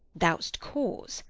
thou'st cause,